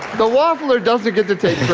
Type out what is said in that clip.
the waffler doesn't get to to